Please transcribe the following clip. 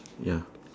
ya